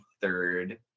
third